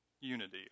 unity